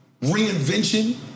reinvention